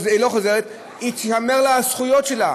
אם היא לא חוזרת, אבל יישמרו לה הזכויות שלה.